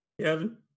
Kevin